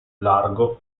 largo